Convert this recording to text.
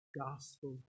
gospel